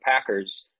Packers